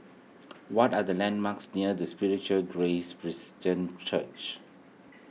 what are the landmarks near the Spiritual Grace Church